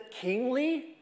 kingly